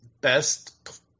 best